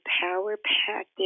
power-packed